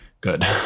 Good